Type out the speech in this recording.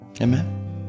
Amen